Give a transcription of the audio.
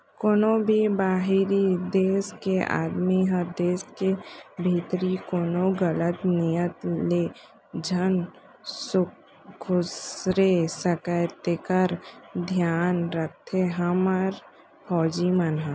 कोनों भी बाहिरी देस के आदमी ह देस के भीतरी कोनो गलत नियत ले झन खुसरे सकय तेकर धियान राखथे हमर फौजी मन ह